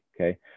okay